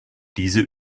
diese